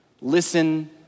Listen